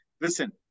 listen